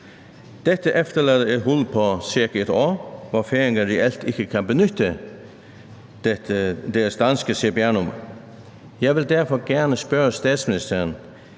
Det efterlader et hul på cirka et år, hvor færingerne reelt ikke kan benytte deres danske cpr-nummer. Jeg vil derfor gerne spørge statsministeren: